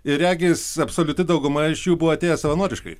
ir regis absoliuti dauguma iš jų buvo atėję savanoriškai